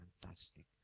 Fantastic